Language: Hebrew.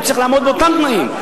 והוא צריך לעמוד באותם תנאים.